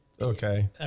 Okay